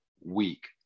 week